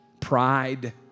pride